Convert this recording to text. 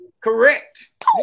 Correct